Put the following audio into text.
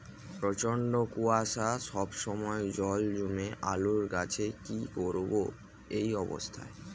প্রচন্ড কুয়াশা সবসময় জল জমছে আলুর গাছে কি করব এই অবস্থায়?